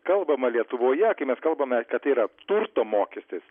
kalbama lietuvoje kai mes kalbame kad yra turto mokestis